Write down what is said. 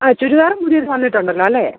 ആ ചുരിദാറും പുതിയത് വന്നിട്ടുണ്ടല്ലോ അല്ലെ